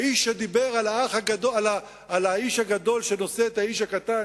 האיש שדיבר על האיש הרזה שנושא את האיש השמן,